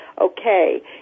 okay